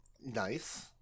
Nice